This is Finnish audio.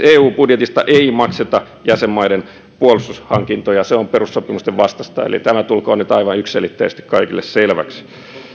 eu budjetista ei makseta jäsenmaiden puolustushankintoja se on perussopimusten vastaista eli tämä tulkoon nyt aivan yksiselitteisesti kaikille selväksi